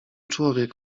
człowiek